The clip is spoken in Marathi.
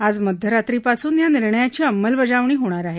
आज मध्यरात्रीपासून या निर्णयाची अंमलबजावणी होणार आहे